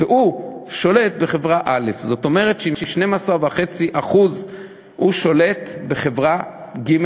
והוא שולט בחברה א' זאת אומרת שעם 12.5% הוא שולט בחברה ג',